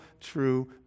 true